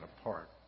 apart